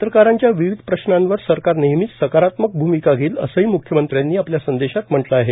पत्रकारांच्याविविध प्रश्नांवर सरकार नेहमीच सकारात्मक भूमिका घेईल असंही मुख्यमंत्र्यांनी आपल्या संदेशात म्हटलं आहे